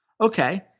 okay